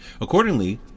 Accordingly